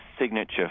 signature